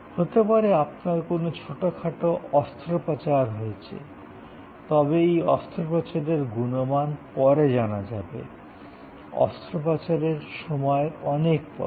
হতে পারে আপনার কোনও ছোটখাটো অস্ত্রোপচার হয়েছে তবে এই অস্ত্রোপচারের গুনমান পরে জানা যাবে অস্ত্রোপচারের সময়ের অনেক পরে